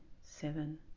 seven